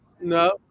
No